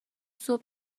صبح